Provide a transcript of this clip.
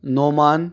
Noman